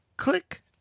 Click